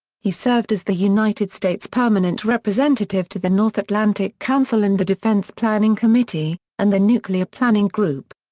he served as the united states' permanent representative to the north atlantic council and the defense planning committee, and the nuclear planning group.